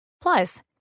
Plus